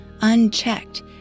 unchecked